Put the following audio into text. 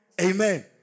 Amen